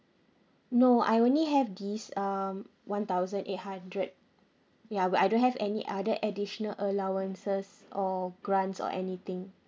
no I only have this um one thousand eight hundred ya where I don't have any other additional allowances or grants or anything